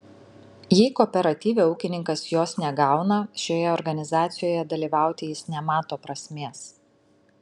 jei kooperatyve ūkininkas jos negauna šioje organizacijoje dalyvauti jis nemato prasmės